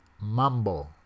Mambo